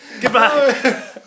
Goodbye